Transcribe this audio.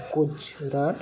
Gujarat